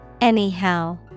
Anyhow